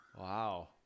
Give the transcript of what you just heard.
Wow